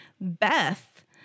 Beth